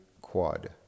quad